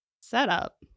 setup